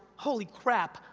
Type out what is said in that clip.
holy crap,